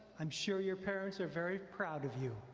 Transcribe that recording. i'm sure your parents are very proud of you.